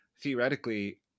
theoretically